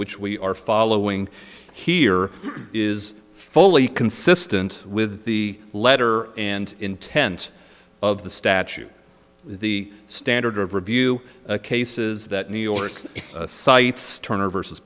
which we are following here is fully consistent with the letter and intent of the statute the standard of review cases that new york cites turner versus